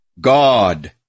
God